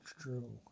true